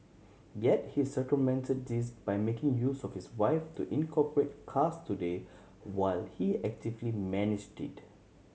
yet he circumvented this by making use of his wife to incorporate Cars Today while he actively managed it